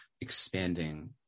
expanding